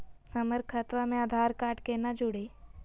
हमर खतवा मे आधार कार्ड केना जुड़ी?